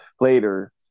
later